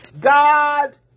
God